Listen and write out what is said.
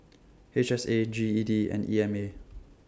H S A G E D and E M A